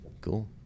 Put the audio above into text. cool